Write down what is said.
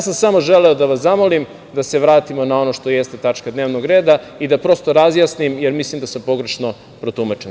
Samo sam želeo da vas zamolim da se vratimo na ono što jeste tačka dnevnog reda i da prosto razjasnim, jer mislim da sam pogrešno protumačen.